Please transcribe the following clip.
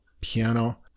piano